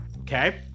okay